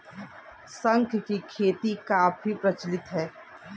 शंख की खेती काफी प्रचलित है